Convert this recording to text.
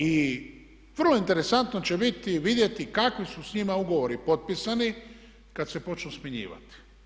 I vrlo interesantno će biti vidjeti kakvi su s njima ugovori potpisani kad se počnu smjenjivati.